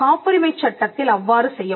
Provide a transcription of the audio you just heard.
காப்புரிமை சட்டத்தில் அவ்வாறு செய்யப்படும்